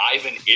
Ivan